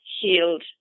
healed